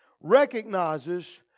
recognizes